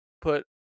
put